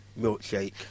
milkshake